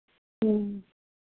ह्म्म